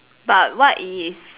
but what if